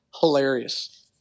hilarious